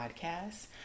podcast